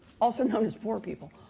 also known as poor people,